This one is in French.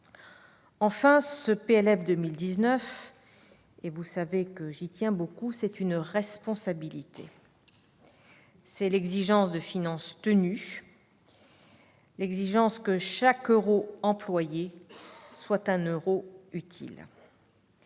Enfin, ce PLF 2019, j'y tiens beaucoup, c'est une responsabilité. C'est l'exigence de finances tenues, une exigence que chaque euro employé soit un euro utile.